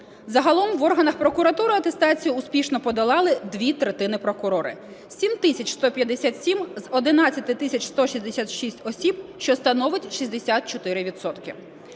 Загалом в органах прокуратури атестацію успішно подолали дві третини прокурорів: 7 тисяч 157 з 11 тисяч 166 осіб, що становить 64